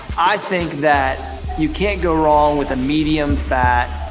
i think that you can't go wrong with a medium fat,